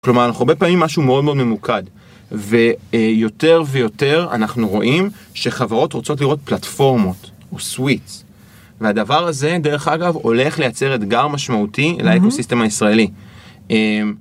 כלומר, אנחנו הרבה פעמים משהו מאוד מאוד ממוקד, ויותר ויותר אנחנו רואים שחברות רוצות לראות פלטפורמות וסוויץ. והדבר הזה, דרך אגב, הולך לייצר אתגר משמעותי לאקוסיסטם הישראלי.